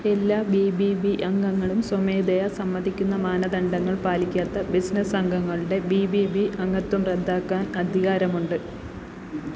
എല്ലാ B B B അംഗങ്ങളും സ്വമേധയാ സമ്മതിക്കുന്ന മാനദണ്ഡങ്ങൾ പാലിക്കാത്ത ബിസിനസ്സ് അംഗങ്ങളുടെ ബി ബി ബി അംഗത്വം റദ്ദാക്കാൻ അധികാരമുണ്ട്